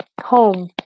Home